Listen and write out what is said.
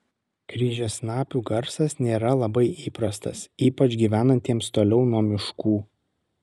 kryžiasnapių garsas nėra labai įprastas ypač gyvenantiems toliau nuo miškų